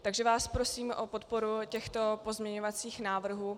Takže vás prosím o podporu těchto pozměňovacích návrhů.